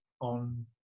on